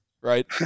right